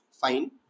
fine